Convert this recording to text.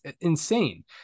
insane